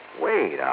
Wait